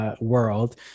World